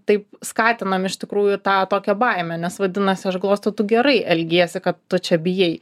taip skatinam iš tikrųjų tą tokią baimę nes vadinasi aš glostau tu gerai elgiesi kad tu čia bijai